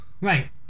Right